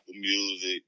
Music